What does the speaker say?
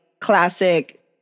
classic